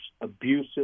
abusive